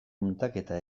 muntaketa